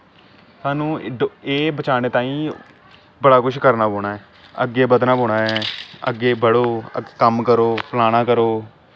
साह्नू एह् बचाने तांई बड़ा कुछ करना पौंना ऐ अग्गे बधना पौना ऐ अग्गे बढ़ो कम्म करो फलाना करो